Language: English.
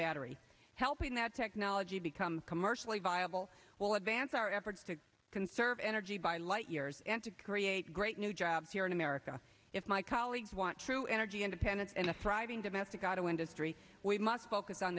battery helping that technology become commercially viable will advance our efforts to conserve energy by light years and to create great new jobs here in america if my colleagues want true energy independence and a thriving domestic auto industry we must focus on